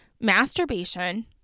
masturbation